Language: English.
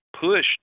pushed